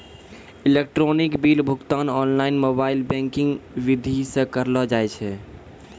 electronic bill भुगतान online mobile banking विधि से करलो जाय छै